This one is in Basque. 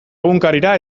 egunkarira